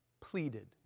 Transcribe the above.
pleaded